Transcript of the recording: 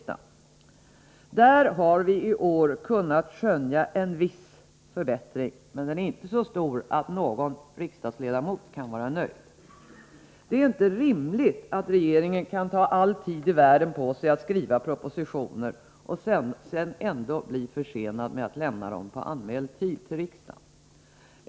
Där har vi i år kunnat skönja en viss förbättring, men den är inte så stor att någon riksdagsledamot kan vara nöjd. Det är inte rimligt att regeringen kan ta all tid i världen på sig att skriva propositioner, och sedan ändå bli försenad med att lämna dem på anmäld tid till riksdagen.